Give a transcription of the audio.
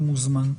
הוא מוזמן.